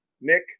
nick